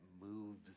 moves